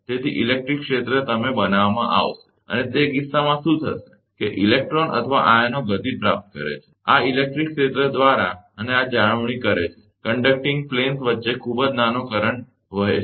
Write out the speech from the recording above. તેથી ઇલેક્ટ્રિક ક્ષેત્ર તમે બનાવવામાં આવશે અને તે કિસ્સામાં શું થશે કે ઇલેક્ટ્રોન અથવા આયનો ગતિ પ્રાપ્ત કરે છે આ ઇલેક્ટ્રિક ક્ષેત્ર દ્વારા અને આ જાળવણી કરે છે કંડકટીંગ પ્લેનસ વચ્ચે ખૂબ જ નાનો કરંટપ્રવાહ છે